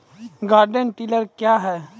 Garden tiller क्या हैं?